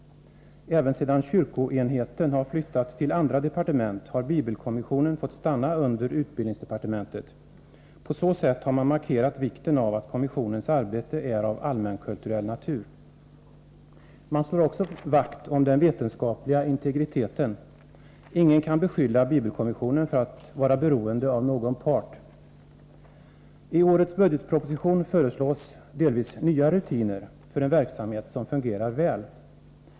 Även sedan kyrkoenheten har flyttat till andra departement har 61 bibelkommissionen fått stanna under utbildningsdepartementet. På så sätt har man markerat vikten av att kommissionens arbete är av allmänkulturell natur. Man slår också vakt om den vetenskapliga integriteten. Ingen kan beskylla bibelkommissionen för att vara beroende av någon part. I årets budgetproposition föreslås delvis nya rutiner för en verksamhet som fungerar väl.